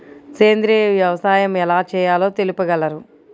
సేంద్రీయ వ్యవసాయం ఎలా చేయాలో తెలుపగలరు?